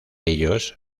ellos